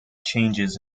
changes